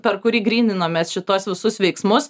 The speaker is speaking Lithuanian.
per kurį gryninomės šituos visus veiksmus